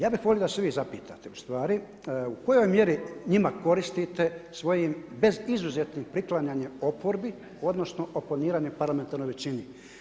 Ja bih volio da se vi zapitate ustvari u kojoj mjeri njima koristite svojim bezizuzetnim priklanjanjem oporbi odnosno oponiranjem parlamentarnoj većini?